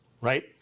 right